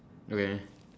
okay